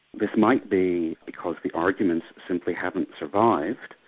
this might be because the arguments simply haven't survived.